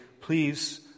please